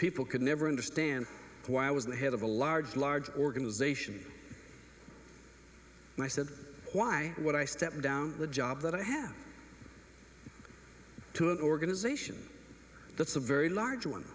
people could never understand why i was the head of a large large organization and i said why what i step down the job that i have to an organization that's a very large one